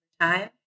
time